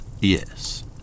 Yes